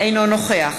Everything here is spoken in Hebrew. אינו נוכח